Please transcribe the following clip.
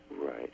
Right